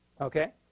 Okay